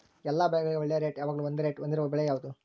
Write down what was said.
ಎಲ್ಲ ಬೆಳೆಗಳಿಗೆ ಒಳ್ಳೆ ರೇಟ್ ಯಾವಾಗ್ಲೂ ಒಂದೇ ರೇಟ್ ಹೊಂದಿರುವ ಬೆಳೆ ಯಾವುದು?